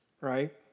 right